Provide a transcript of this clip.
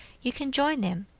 you can join them,